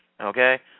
Okay